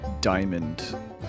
Diamond